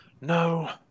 No